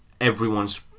everyone's